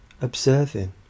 observing